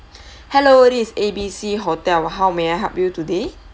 hello this is A B C hotel how may I help you today